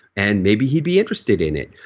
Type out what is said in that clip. and maybe he'd be interested in it.